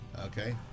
Okay